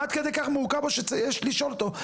מה עד כדי כך מורכב שיש לשאול אותו?